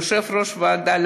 ליושב-ראש הוועדה,